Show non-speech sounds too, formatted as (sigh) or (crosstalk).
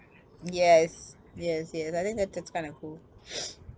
yes yes yes I think that that's kind of cool (noise)